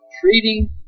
treating